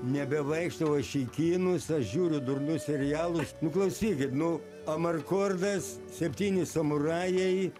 nebevaikštau aš į kinus aš žiūriu durnus serialus nu klausykit nu amarkordas septyni samurajai